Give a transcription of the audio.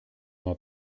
m’en